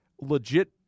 legit